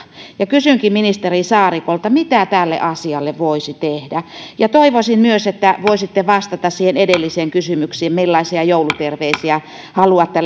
ja kysynkin ministeri saarikolta mitä tälle asialle voisi tehdä ja toivoisin myös että voisitte vastata siihen edelliseen kysymykseen millaisia jouluterveisiä haluatte